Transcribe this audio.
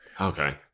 okay